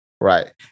right